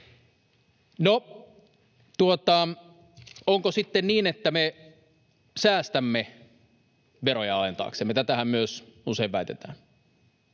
onko sitten niin, että me säästämme veroja alentaaksemme? Tätähän myös usein väitetään.